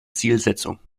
zielsetzung